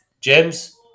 James